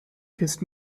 kissed